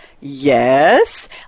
Yes